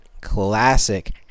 classic